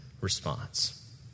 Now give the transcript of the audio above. response